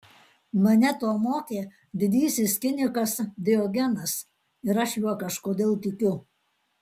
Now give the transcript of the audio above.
mane to mokė didysis kinikas diogenas ir aš juo kažkodėl tikiu